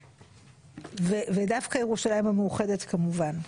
ודווקא ירושלים המאוחדת כמובן.